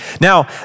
Now